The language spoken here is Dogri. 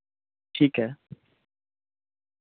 ठीक ऐ